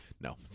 No